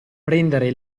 prendere